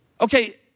Okay